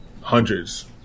hundreds